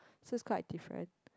so it's quite different